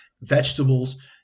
vegetables